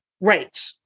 Right